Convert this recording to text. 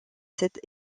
cette